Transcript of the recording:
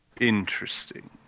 Interesting